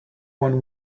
one